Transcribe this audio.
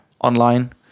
online